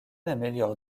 améliore